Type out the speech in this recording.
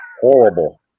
Horrible